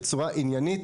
בצורה עניינית.